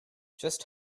just